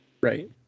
Right